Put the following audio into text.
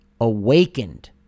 awakened